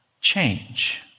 change